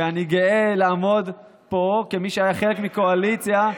ואני גאה לעמוד פה כמי שהיה חלק מקואליציה,